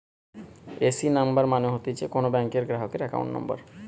AC number মানে হতিছে কোন ব্যাংকের গ্রাহকের একাউন্ট নম্বর